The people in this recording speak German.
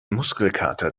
muskelkater